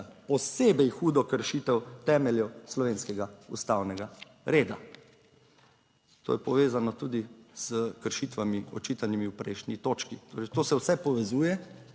posebej hudo kršitev temeljev slovenskega ustavnega reda. To je povezano tudi s kršitvami, očitanimi v prejšnji točki. Torej to se vse povezuje.